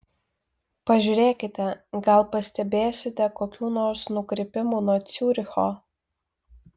pažiūrėkite gal pastebėsite kokių nors nukrypimų nuo ciuricho